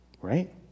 right